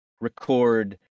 record